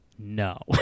No